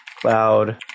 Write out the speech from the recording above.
cloud